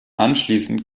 anschließend